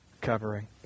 covering